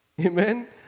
Amen